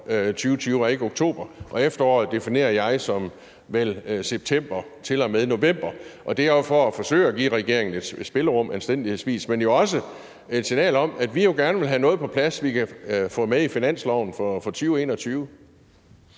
2020 og ikke oktober, og efteråret definerer jeg som september til og med november, og det er jo for anstændigvis at forsøge at give regeringen lidt spillerum, men det er jo også et signal om, at vi gerne vil have noget på plads, som vi kan få med i finansloven for 2021.